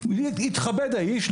יתכבד האיש,